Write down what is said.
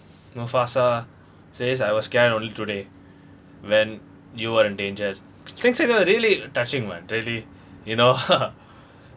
mufasa says I was scared only today when you are in danger things like that really touching man really you know